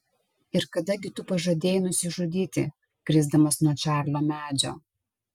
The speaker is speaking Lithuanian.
ir kada gi tu pažadėjai nusižudyti krisdamas nuo čarlio medžio